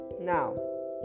now